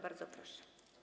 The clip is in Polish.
Bardzo proszę.